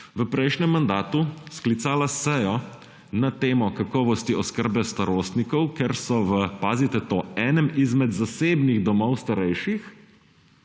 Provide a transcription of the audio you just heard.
v prejšnjem mandatu sklicala sejo na temo kakovosti oskrbe starostnikov, ker so – pazite to – v enem izmed zasebnih domov starejših